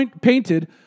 painted